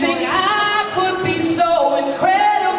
thing you know